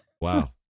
wow